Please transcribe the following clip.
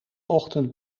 ochtend